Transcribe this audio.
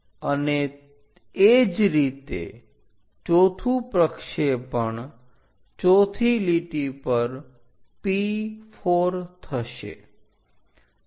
અને એ જ રીતે ચોથું પ્રક્ષેપણ ચોથી લીટી પર P4 થશે